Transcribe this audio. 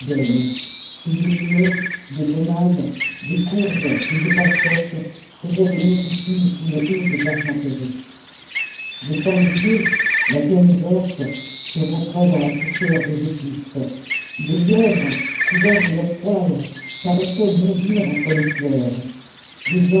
et des limons des grenades des courges et des pastèques faisaient des monticules sous les hautes argenteries des sangliers la gueule ouverte se vautraient dans la poussière des épices des lièvres couverts de leurs poils paraissaient bondir entre les fleurs des